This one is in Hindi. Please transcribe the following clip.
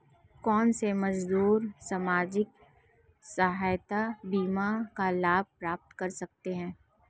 कौनसे मजदूर सामाजिक सहायता बीमा का लाभ प्राप्त कर सकते हैं?